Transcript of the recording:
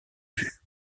vue